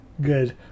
Good